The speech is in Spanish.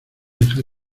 dejar